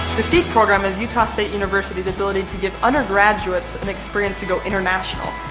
the seed program is utah's state university's ability to give undergraduates an experience to go international.